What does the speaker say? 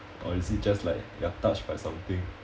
or is it just like you're touched by something